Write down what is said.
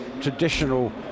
traditional